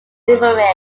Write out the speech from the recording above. limerick